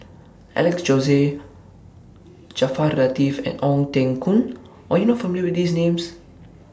Alex Josey Jaafar Latiff and Ong Teng Koon Are YOU not familiar with These Names